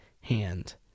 hand